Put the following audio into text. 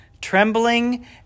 Trembling